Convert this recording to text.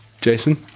Jason